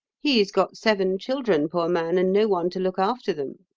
he's got seven children, poor man, and no one to look after them